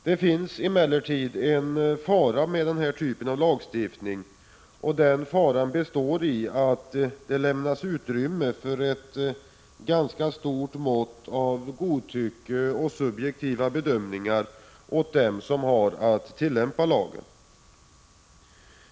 Det finns emellertid en fara med denna typ av lagstiftning, och den faran består i att det lämnas utrymme för ett ganska stort mått av godtycke och subjektiva bedömningar åt dem som har att tillämpa lagen.